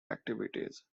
activities